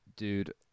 Dude